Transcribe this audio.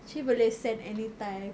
actually boleh send anytime